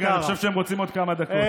רגע, אני חושב שהם רוצים עוד כמה דקות.